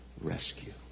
rescue